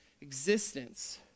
existence